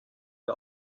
der